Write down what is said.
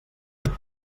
ainu